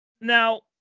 now